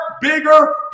bigger